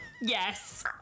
yes